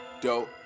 Dope